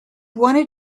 wanted